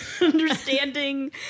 understanding